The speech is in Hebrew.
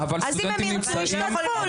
אז אם הם ירצו ישתתפו,